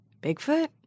Bigfoot